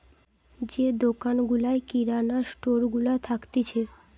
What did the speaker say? যে দোকান গুলা কিরানা স্টোর গুলা থাকতিছে